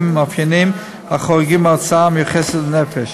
ומאפיינים החורגים מההוצאה המיוחסת לנפש.